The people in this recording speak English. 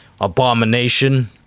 abomination